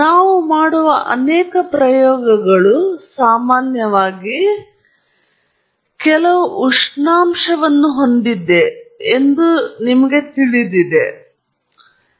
ನಾವು ಮಾಡುವ ಅನೇಕ ಪ್ರಯೋಗಗಳು ಸಾಮಾನ್ಯವಾಗಿ ನಾವು ಪ್ರಾಯೋಗಿಕ ಸೆಟಪ್ ಅನ್ನು ಕೆಲವು ಉಷ್ಣಾಂಶವನ್ನು ಹೊಂದಿದ್ದೇವೆ ಎಂದು ನಿಮಗೆ ತಿಳಿದಿರುವ ಮೂಲಕ ನಾವು ಪ್ರಾರಂಭಿಸುತ್ತೇವೆ